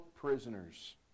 prisoners